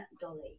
Dolly